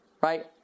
right